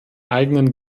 eigenen